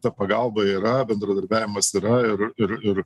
ta pagalba yra bendradarbiavimas yra ir ir ir